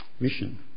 Mission